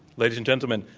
ladies and gen tlemen,